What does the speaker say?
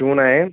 two nine